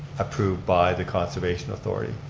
approved by the conservation authority.